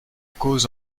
cause